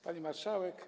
Pani Marszałek!